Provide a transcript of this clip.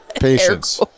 patience